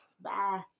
Bye